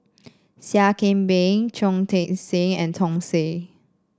Seah Kian Peng Chong Tze Chien and Som Said